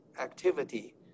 activity